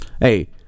hey